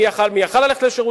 מי שיכול היה,